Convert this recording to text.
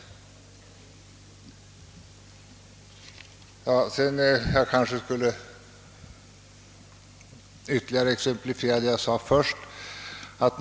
Sedan kanske jag också skall ytterligare exemplifiera vad jag tidigare sade.